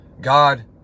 God